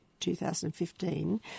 2015